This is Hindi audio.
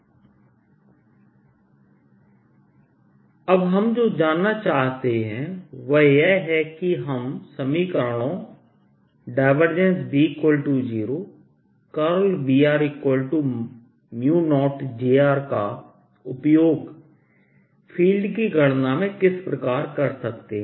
B0 B0j jrdaI अब हम जो जानना चाहते हैं वह यह है कि हम समीकरणों B0 B0j का उपयोग फ़ील्ड की गणना में किस प्रकार कर सकते हैं